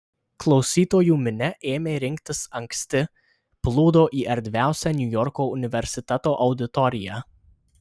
klausytojų minia ėmė rinktis anksti plūdo į erdviausią niujorko universiteto auditoriją